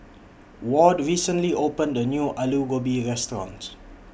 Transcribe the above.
Ward recently opened A New Alu Gobi Restaurant